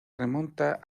remonta